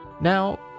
Now